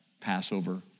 Passover